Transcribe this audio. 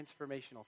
transformational